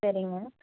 சரிங்க